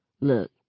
Look